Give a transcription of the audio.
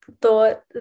thought